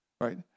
right